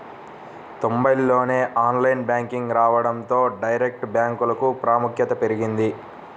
తొంబైల్లోనే online banking రావడంతో direct బ్యాంకులకు ప్రాముఖ్యత పెరిగింది